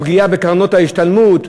הפגיעה בקרנות ההשתלמות,